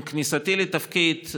עם כניסתי לתפקיד,